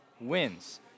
wins